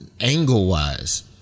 Angle-wise